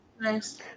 Nice